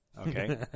Okay